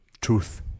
Truth